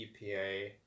EPA